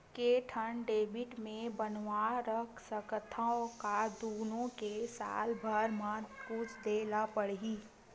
के ठन डेबिट मैं बनवा रख सकथव? का दुनो के साल भर मा कुछ दे ला पड़ही?